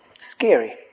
scary